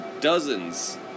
dozens